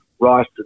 Rice